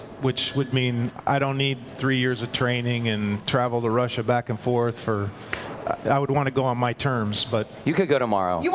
which would mean i don't need three years of training and travel to russia back and forth for i would want to go on my terms. but you could go tomorrow.